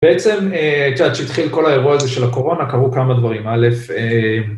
בעצם, את יודעת, כשהתחיל כל האירוע הזה של הקורונה קרו כמה דברים. א',